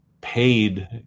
paid